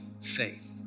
faith